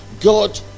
god